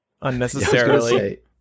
unnecessarily